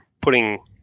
putting